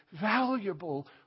valuable